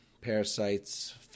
parasites